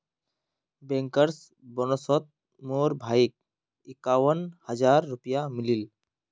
bankers बोनसोत मोर भाईक इक्यावन हज़ार रुपया मिलील